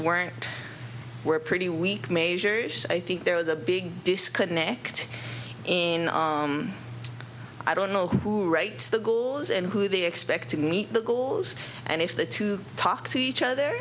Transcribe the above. weren't were pretty weak measures i think there was a big disconnect in i don't know who writes the goals and who they expect to meet the goals and if the to talk to each other